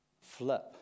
Flip